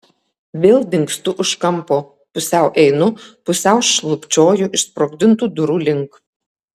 vėl dingstu už kampo pusiau einu pusiau šlubčioju išsprogdintų durų link